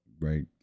right